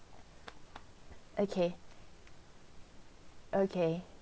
okay okay